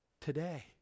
today